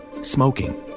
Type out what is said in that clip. smoking